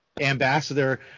ambassador